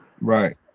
Right